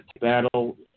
battle